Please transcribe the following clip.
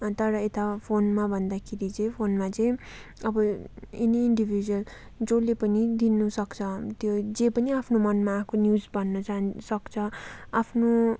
तर यता फोनमा भन्दाखेरि चाहिँ फोनमा चाहिँ अब एनी इन्डिभिज्वल जसले पनि दिन सक्छ त्यो जे पनि आफ्नो मनमा आएको न्युज भन्न चाहन सक्छ आफ्नो